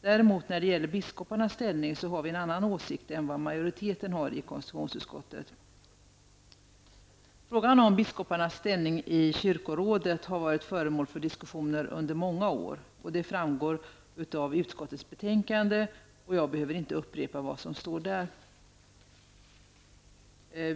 Däremot när det gäller biskoparnas ställning har vi en annan åsikt än majoriteten i konstitutionsutskottet. Frågan om biskoparnas ställning i kyrkorådet har varit föremål för diskussion under många år. Det framgår också av utskottets betänkande, och jag behöver inte upprepa vad som står där.